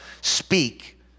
speak